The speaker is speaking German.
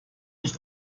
nicht